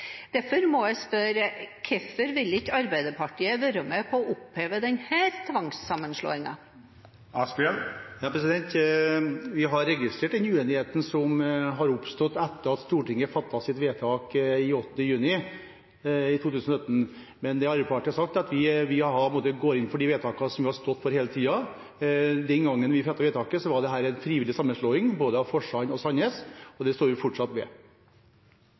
Derfor må jeg spørre: Hvorfor ville ikke Arbeiderpartiet være med på oppheve denne tvangssammenslåingen? Vi har registrert den uenigheten som har oppstått etter at Stortinget fattet sitt vedtak 8. juni i år, men Arbeiderpartiet har sagt at vi går inn for de vedtakene som vi har stått for hele tiden. Den gangen vi fattet vedtaket, var dette en frivillig sammenslåing, for både Forsand og Sandnes, og det står vi fortsatt ved.